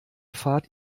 pfad